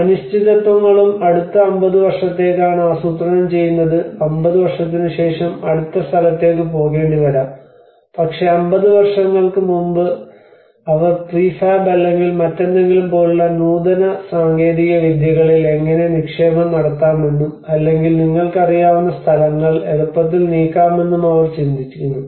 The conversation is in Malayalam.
അനിശ്ചിതത്വങ്ങളും അടുത്ത 50 വർഷത്തേക്കാണ് ആസൂത്രണം ചെയ്യുന്നത് 50 വർഷത്തിനുശേഷം അടുത്ത സ്ഥലത്തേക്ക് പോകേണ്ടിവരാം പക്ഷേ 50 വർഷങ്ങൾക്ക് മുമ്പ് അവർ പ്രീഫാബ് അല്ലെങ്കിൽ മറ്റെന്തെങ്കിലും പോലുള്ള നൂതന സാങ്കേതികവിദ്യകളിൽ എങ്ങനെ നിക്ഷേപം നടത്താമെന്നും അല്ലെങ്കിൽ നിങ്ങൾക്കറിയാവുന്ന സ്ഥലങ്ങൾ എളുപ്പത്തിൽ നീക്കാമെന്നും അവർ ചിന്തിക്കുന്നു